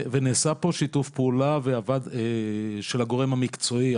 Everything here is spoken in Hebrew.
ונעשה פה שיתוף פעולה של הגורם המקצועי,